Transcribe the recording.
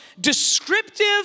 descriptive